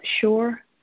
sure